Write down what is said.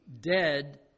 dead